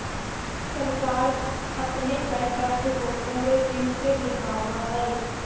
सरकार अपने कर्तव्य को पूरे दिल से निभावअ हई